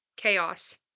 Chaos